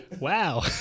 Wow